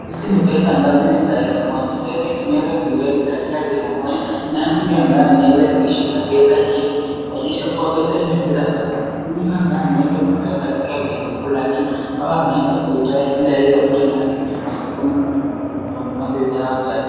Hizi ni pesa ambazo ni za elfu moja ,pesa hizi zimeweza kuwekwa katika sehemu moja na huyu ambaye ameweza kuishika pesa hiyo kuonyesha kuwa pesa hiyo ni pesa ambazo huyu inaweza kuitoa katika benki kuu lake au ameweza kutoa ili aweze kuenda kwenye masokoni kununua vifaa au chakula.